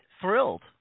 thrilled